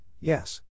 yes